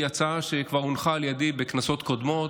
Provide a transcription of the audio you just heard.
הצעה שכבר הונחה על ידי בכנסות קודמות,